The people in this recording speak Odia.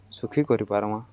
ସୁଖୀ କରି ପାର୍ମା